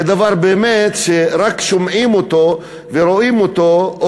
זה דבר שבאמת רק שומעים אותו ורואים אותו,